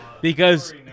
Because-